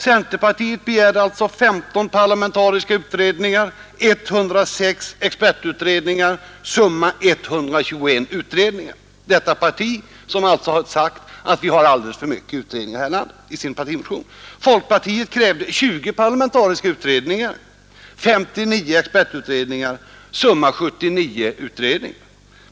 Centerpartiet begärde alltså 15 parlamentariska utredningar och 106 expertutredningar, summa 121 utredningar — detta parti som alltså i sin partimotion uttalar att vi har alldeles för många utredningar här i landet. Folkpartiet krävde 20 parlamentariska utredningar och 59 expertutredningar, summa 79 utredningar.